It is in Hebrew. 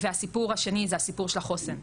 הסיפור השני זה הסיפור של החוסן.